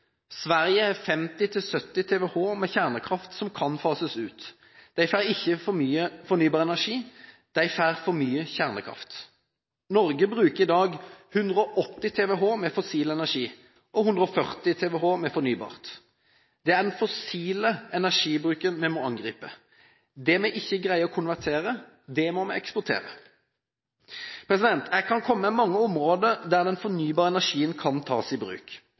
Sverige har 50–70 TWh med kjernekraft som kan fases ut. De får ikke for mye fornybar energi, de får for mye kjernekraft. Norge bruker i dag 180 TWh med fossil energi og 140 TWh med fornybar. Det er den fossile energibruken vi må angripe. Det vi ikke greier å konvertere, må vi eksportere. Jeg kan komme på mange områder der den fornybare energien kan tas i bruk.